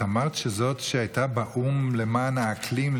את אמרת שזאת שהייתה באו"ם למען האקלים,